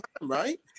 right